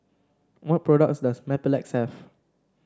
what products does Mepilex have